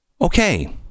Okay